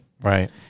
Right